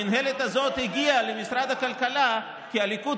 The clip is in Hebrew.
המינהלת הזאת הגיעה למשרד הכלכלה כי הליכוד